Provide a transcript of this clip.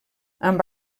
amb